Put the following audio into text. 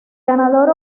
ganador